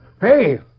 Hey